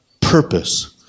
purpose